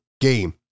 game